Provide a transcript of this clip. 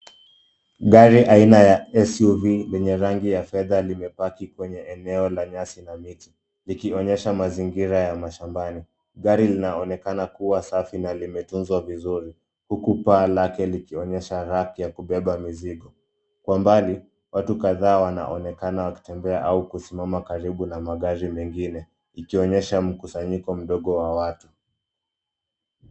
Gari aina ya Suv lenye rangi ya fedha limepaki kwenye eneo la nyasi na miti, likionyesha mazingira ya mashambani. Gari linaonekana kuwa safi na limetunzwa vizuri, huku paa lake likionyesha rack ya kubeba mizigo. Kwa mbali watu kadhaa wanaonekana wakitembea au kusimama karibu na magari mengine, ikionyesha mkusanyiko mdogo wa watu.